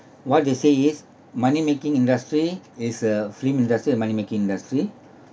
what they say is money making industry is a film industry a money making industry